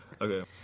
Okay